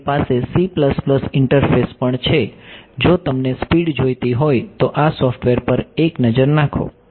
તેમની પાસે C interface પણ છે જો તમને સ્પીડ જોઈતી હોય તો આ સોફ્ટવેર પર એક નજર નાખો